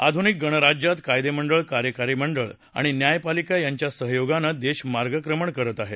आधुनिक गणराज्यात कायदेमंडळ कार्यकारी मंडळ आणि न्यायपालिका यांच्या सहयोगानं देश मार्गक्रमण करत आहे